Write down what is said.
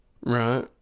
Right